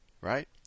right